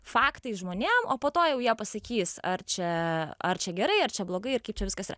faktai žmonėm o po to jau jie pasakys ar čia ar čia gerai ar čia blogai ir kaip čia viskas yra